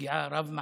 פגיעה רב-מערכתית.